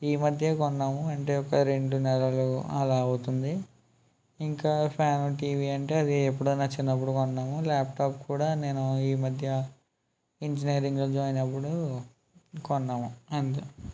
ఈ మధ్యే కొన్నాము అంటే ఒక రెండు నెలలు అలా అవుతుంది ఇంకా ఫ్యాన్ టివి అంటే అది ఎప్పుడో నా చిన్నప్పుడు కొన్నాము ల్యాప్టాప్ కూడా నేను ఈ మధ్యే ఇంజనీరింగ్లో జోయిన్ అయినప్పుడు కొన్నాను అంతే